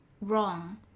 wrong